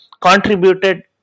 contributed